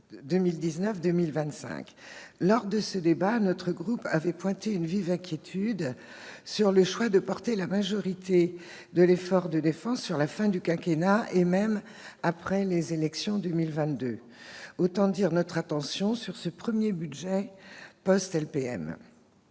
Lors de ce débat, notre groupe avait pointé une vive inquiétude quant au choix de reporter la majorité de l'effort de défense à la fin du quinquennat, voire après les élections de 2022. Autant dire notre attention sur ce premier budget post-LPM.